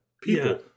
people